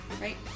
right